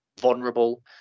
vulnerable